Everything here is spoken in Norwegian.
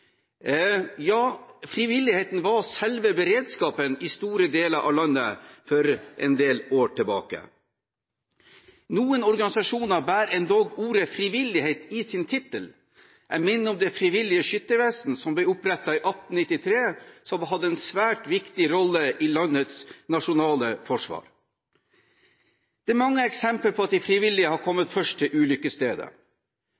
Frivilligheten var selve beredskapen i store deler av landet for en del år tilbake. Noen organisasjoner bærer endog ordet «frivillighet» i sin tittel. Jeg minner om Det frivillige Skyttervesen, som ble opprettet i 1893, og som hadde en svært viktig rolle i landets nasjonale forsvar. Det er mange eksempler på at de frivillige har kommet